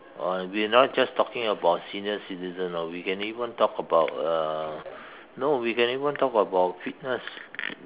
uh we are now just talking about senior citizens you know we can even talk about uh no we can even talk about fitness